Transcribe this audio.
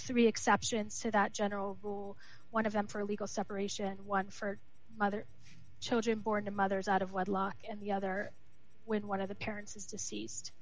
three exceptions to that general one of them for legal separation one for other children born to mothers out of wedlock and the other with one of the parents is deceased